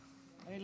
זה טוב.